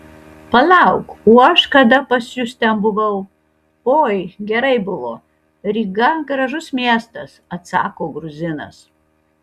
palauk o aš kada pas jus ten buvau oi gerai buvo ryga gražus miestas atsako gruzinas